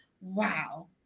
Wow